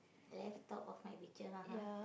left out of my picture uh-huh